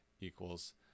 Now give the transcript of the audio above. equals